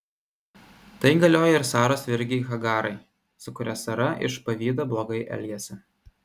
tai galioja ir saros vergei hagarai su kuria sara iš pavydo blogai elgėsi